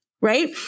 Right